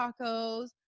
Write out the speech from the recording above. tacos